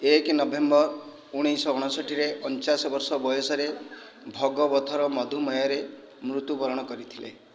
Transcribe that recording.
ଏକ ନଭେମ୍ବର୍ ଉଣେଇଶହ ଅଣଷଠିରେ ଅଣଚାଶ ବର୍ଷ ବୟସରେ ଭଗ ବଥର ମଧୁମେହରେ ମୃତ୍ୟୁବରଣ କରିଥିଲେ